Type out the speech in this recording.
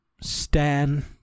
stan